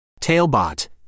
Tailbot